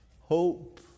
hope